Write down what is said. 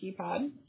keypad